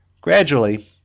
Gradually